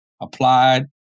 applied